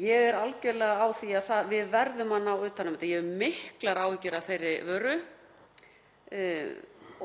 Ég er algjörlega á því að við verðum að ná utan um þetta. Ég hef miklar áhyggjur af þeirri vöru